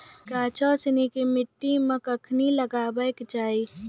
गाछो सिनी के मट्टी मे कखनी लगाबै के चाहि?